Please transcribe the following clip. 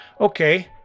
okay